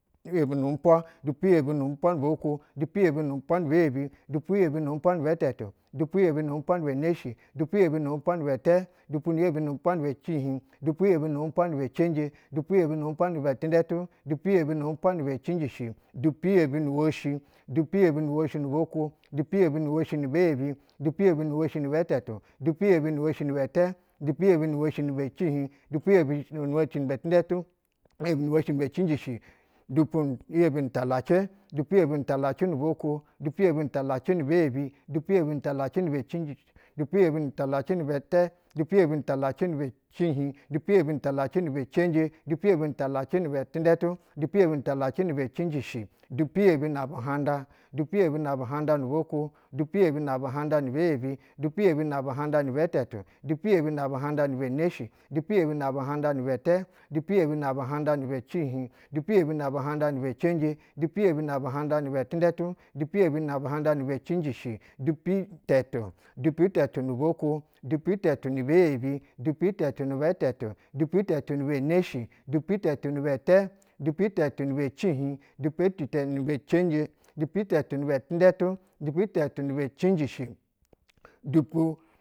Dupu yebi nu umpwa, dupu yebi nu umpwa nu bwa kwo, dupu yebi nu uwpwa ni bɛ yebi, dupu yebi nu umpwa ni bɛ tɛtu, dupu yebi nu upwa nibɛ neshi, dupu yebi nu umpwa ni bɛ tɛtu, dupu yebi nu umpwa nibɛ neshi, dupu yebi nu umpwa ni bɛtɛ, dupu yebi nu umpwa nibɛ cihiɧ, dupu yebi nu umpwa ni bɛ cenje, dupu yebi nu umpwa nibɛ tinƌɛtu dupu yebi nu umpwa nibɛ cinjishi, dupu yebi nu woshi, dupu yebi nu woshi nu bwakwo, dupu yebi nu woshi nibɛ yebi, dupu yebi nu woshi nibɛ tɛtu, dupu yebi nu woshi ni bɛtɛ, dupu yebi nu woshi ni bɛ ccihiɧ, dupu yebi nu woshi ni bɛ tindɛtu nebi ni imjishi, dupu iyebi mi talacɛ, dupu yebi nu talacɛ nu bwakwo, dupu yebi nu talacɛ nibɛ yebi, dupu yebi nibɛ cinjishi, dupu yebi nu talacɛ ni bɛtɛ, dupu yebi nu talacɛ ni bɛ cihiɧ, dupu yebi nu talacɛ ni bɛ tundɛtu, dupu yebi nu talacɛ ni bɛ cinjishi, dupu yebi na buhada, dupu yebi na buhanƌa nu bwakwo, dupu yebi na buhanƌa nibɛ yebi, dupu yebi na buhanƌa ni bɛ tɛtu dupu yebi na buhanƌa nibɛ neshi, dupu yebi na buhandƌa ni bɛtɛ, dupu yebi na buhanda nibɛ cihiɧ, dupu yebi na buhanda nibɛ cenje, dupu yebi na buhanda ni bɛ tindɛtu, dupu yebi na buhanƌa nibɛ cinjishi, dupu-itɛtu. duputɛtu nu bwa kwo, duptɛtu ni bɛ yebi, duputɛtu ni bɛ tɛtu, dupu tɛtu nibɛ neshi, duputɛtu ni bɛtɛ, dupu tɛtu ni bɛ cihiɧ, dupu tɛtu nibɛ cenje dipu tɛtu ni bɛ tindɛtu, dupu ni bɛ cinjishi dupu.